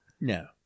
No